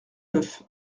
neuf